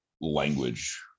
language